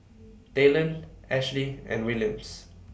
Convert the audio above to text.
Talen Ashlee and Williams